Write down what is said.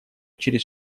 через